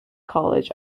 college